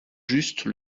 juste